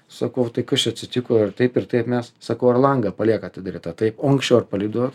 sakau tai kas čia atsitiko ir taip ir taip mes sakau ar langą paliekat atidarytą taip o anksčiau ar palydavot